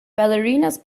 ballerinas